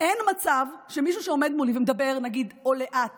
אין מצב שמישהו שעומד מולי ומדבר, נגיד, לאט